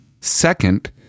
Second